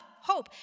hope